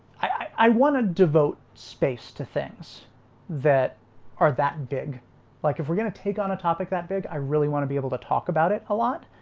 i i want to devote space to things that are that big like if we're going to take on a topic that big i really want to be able to talk about it a lot,